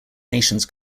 nations